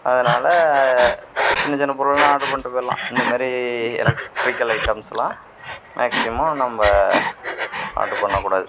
அதனால் சின்ன சின்ன பொருள்லாம் ஆர்டர் பண்ணிவிட்டு போயிடலாம் இந்தமாதிரி எலக்ட்ரிக்கல் ஐட்டம்ஸ்லாம் மேக்ஸிமம் நம்ம ஆர்டர் பண்ணக்கூடாது